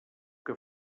que